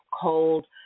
cold